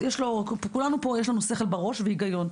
לכולנו פה יש שכל בראש והיגיון.